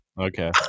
Okay